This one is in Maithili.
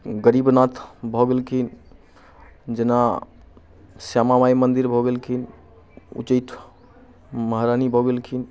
गरीब नाथ भऽ गेलखिन जेना श्याम माइ मन्दिर भऽ गेलखिन उच्चैठ महारानी भऽ गेलखिन